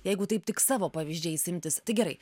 jeigu taip tik savo pavyzdžiais imtis tai gerai